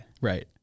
Right